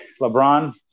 LeBron